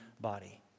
body